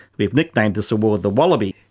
we've nicknamed this award the wallaby,